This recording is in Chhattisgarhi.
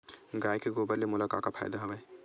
गाय के गोबर ले मोला का का फ़ायदा हवय?